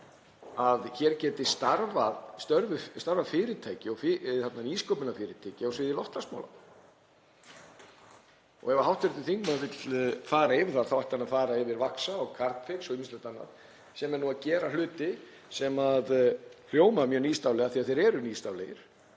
að hér geti starfað fyrirtæki og nýsköpunarfyrirtæki á sviði loftslagsmála. Ef hv. þingmaður vill fara yfir það þá ætti hann að fara yfir Vaxa og Carbfix og ýmislegt annað sem eru að gera hluti sem hljóma mjög nýstárlega af því þeir eru nýstárlegir.